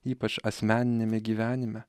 ypač asmeniniame gyvenime